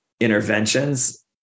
interventions